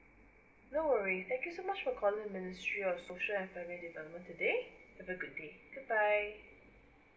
no worry thank you so much for calling ministry of social and family development today have a good day goodbye